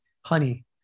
honey